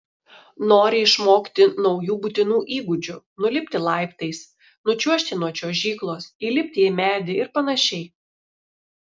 nori išmokti naujų būtinų įgūdžių nulipti laiptais nučiuožti nuo čiuožyklos įlipti į medį ir panašiai